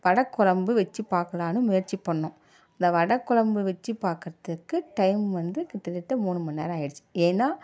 வடை குழம்பு வச்சி பார்க்கலான்னு முயற்சி பண்ணோம் அந்த வடை குழம்பு வச்சு பார்க்கதுக்கு டைம் வந்து கிட்டத்தட்ட மூணு மணிநேரம் ஆகிடுச்சு ஏன்னால்